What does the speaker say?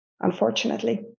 unfortunately